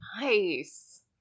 nice